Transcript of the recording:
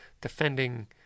defending